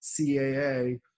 CAA